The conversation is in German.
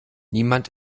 niemand